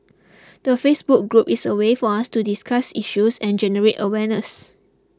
the Facebook group is a way for us to discuss issues and generate awareness